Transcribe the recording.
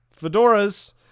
Fedoras